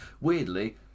Weirdly